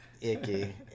icky